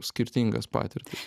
skirtingas patirtis